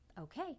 okay